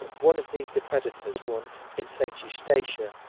one of these depredators once, in st. eustatia,